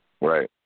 Right